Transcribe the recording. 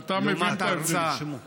ואתה מבין את, לעומת ההקצאה.